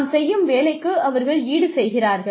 நாம் செய்யும் வேலைக்கு அவர்கள் ஈடு செய்கிறார்கள்